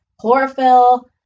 chlorophyll